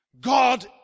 God